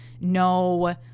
no